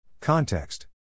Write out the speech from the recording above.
Context